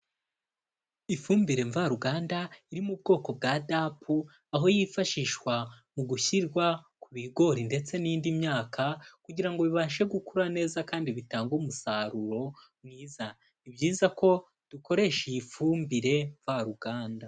Ifumbire mvaruganda iri mu bwoko bwa DAP aho yifashishwa mu gushyirwa ku bigori ndetse n'indi myaka kugira ngo bibashe gukura neza kandi bitanga umusaruro mwiza. Ni byiza ko dukoresha iyi fumbire mvaruganda.